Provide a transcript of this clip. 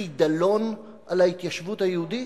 חידלון, על ההתיישבות היהודית?